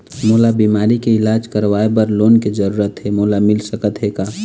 मोला बीमारी के इलाज करवाए बर लोन के जरूरत हे मोला मिल सकत हे का?